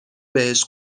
بهش